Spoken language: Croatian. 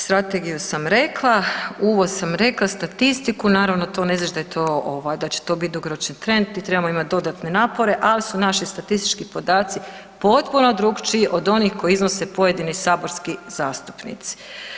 Strategiju sam rekla, uvoz sam rekla, statistiku, naravno to ne znači da će to biti dugoročni trend, tu trebamo imati dodatne napore, ali su naši statistički podaci potpuno drukčiji od onih koje iznose pojedini saborski zastupnici.